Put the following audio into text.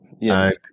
yes